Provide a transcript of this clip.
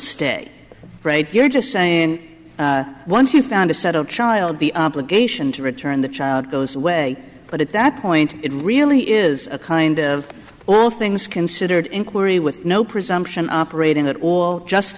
stay you're just saying once you've found a settled child the obligation to return the child goes away but at that point it really is a kind of all things considered inquiry with no presumption operating at all just